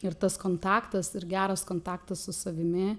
ir tas kontaktas ir geras kontaktas su savimi